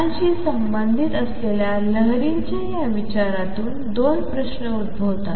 कणांशी संबंधित असलेल्या लहरींच्या या विचारातून दोन प्रश्न उद्भवतात